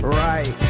right